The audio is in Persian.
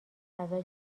غذا